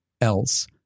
else